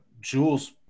Jules